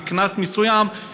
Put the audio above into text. עם קנס מסוים,